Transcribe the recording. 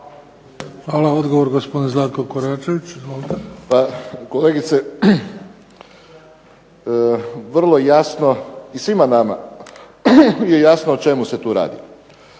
Izvolite. **Koračević, Zlatko (HNS)** Pa kolegice, vrlo jasno i svima nama je jasno o čemu se tu radi.